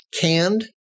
canned